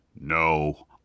No